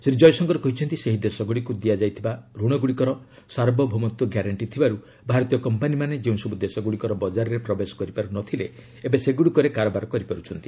ଶ୍ରୀ ଜୟଶଙ୍କର କହିଛନ୍ତି ସେହି ଦେଶଗୁଡ଼ିକୁ ଦିଆଯାଇଥିବା ରଣଗୁଡ଼ିକର ସାର୍ବଭୌମତ୍ୱ ଗ୍ୟାରେଣ୍ଟି ଥିବାରୁ ଭାରତୀୟ କମ୍ପାନୀମାନେ ଯେଉଁସବୁ ଦେଶଗୁଡ଼ିକର ବଜାରରେ ପ୍ରବେଶ କରିପାରୁ ନ ଥିଲେ ଏବେ ସେଗୁଡ଼ିକରେ କାରବାର କରିପାରୁଛନ୍ତି